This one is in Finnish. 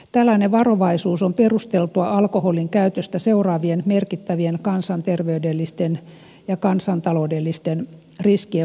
tällainen varovaisuus on perusteltua alkoholinkäytöstä seuraavien merkittävien kansanterveydellisten ja kansantaloudellisten riskien vuoksi